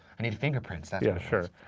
need fingerprints, that's. yeah sure.